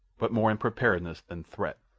but more in preparedness than threat.